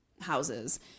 houses